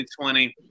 2020